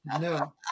no